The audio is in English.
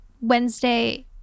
wednesday